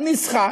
ניסחה,